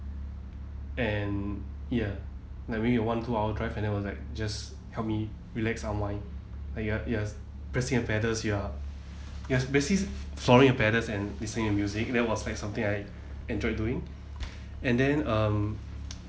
and ya maybe one two hour drive and then it will like just help me relax unwind and you're you're pressing the paddles you are ya basic the paddles and listening to music that was like something I enjoyed doing and then um